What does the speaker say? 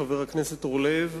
חבר הכנסת אורלב.